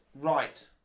right